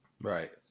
Right